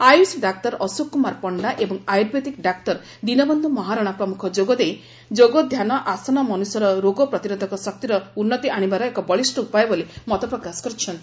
Ayush doctor Ashok Kumar Panda ଏବଂ ayurvedic doctor Dinabandhu Maharana ପ୍ରମୁଖ ଯୋଗଦେଇ ଯୋଗଧ୍ଧାନ ଆସନ ମନୁଷ୍ୟର ରୋଗ ପ୍ରତିରୋଧକ ଶକ୍ତିର ଉନ୍ତି ଆଶିବାର ଏକ ବଳିଷ ଉପାୟ ବୋଲି ମତ ପ୍ରକାଶ କରିଛନ୍ତି